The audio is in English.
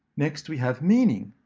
next, we have meaning,